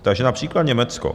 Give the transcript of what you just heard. Takže například Německo.